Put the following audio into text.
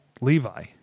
Levi